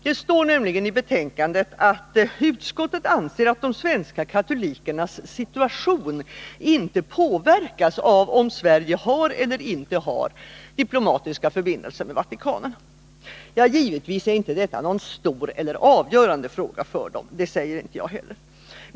I betänkandet står det nämligen att utskottet anser att de svenska katolikernas situation inte påverkas av om Sverige har eller inte har diplomatiska förbindelser med Nr 35 Vatikanen. Onsdagen den Givetvis är inte detta någon stor eller avgörande fråga för dem, det vill jag 26 november 1980 inte påstå.